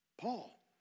Paul